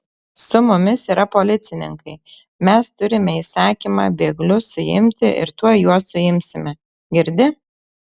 su mumis yra policininkai mes turime įsakymą bėglius suimti ir tuoj juos suimsime girdi